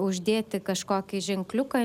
uždėti kažkokį ženkliuką